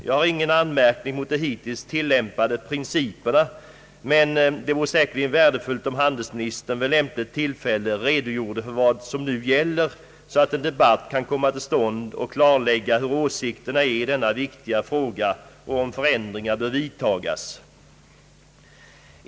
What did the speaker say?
Jag har ingen anmärkning mot de hittills tillämpade principerna, men det vore säkerligen värdefullt om handelsministern vid lämpligt tillfälle redogjorde för vad som nu gäller, så att en debatt kan komma till stånd och klarlägga hur åsikterna är i denna viktiga fråga och om förändringar bör vidtagas.